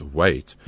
wait